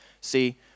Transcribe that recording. See